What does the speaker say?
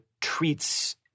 treats